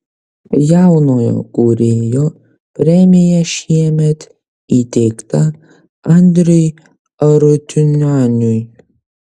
jaunojo kūrėjo premija šiemet įteikta andriui arutiunianui